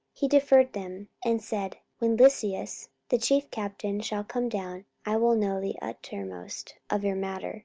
he deferred them, and said, when lysias the chief captain shall come down, i will know the uttermost of your matter